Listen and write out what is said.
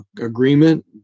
agreement